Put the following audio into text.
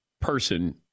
person